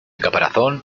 caparazón